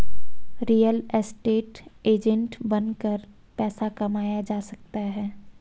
real estate agent बनकर पैसा कमाया जा सकता है